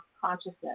consciousness